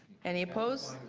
any opposed?